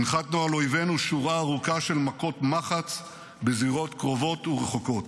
הנחתנו על אויבינו שורה ארוכה של מכות מחץ בזירות קרובות ורחוקות,